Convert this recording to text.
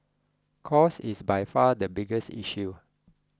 cost is by far the biggest issue